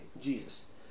Jesus